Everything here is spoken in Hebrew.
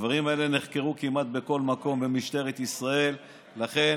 הדברים האלה נחקרו כמעט בכל מקום במשטרת ישראל ולכן